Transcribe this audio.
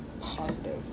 positive